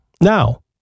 Now